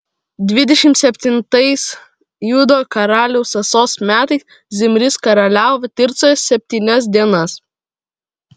dvidešimt septintais judo karaliaus asos metais zimris karaliavo tircoje septynias dienas